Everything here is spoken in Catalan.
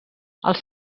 els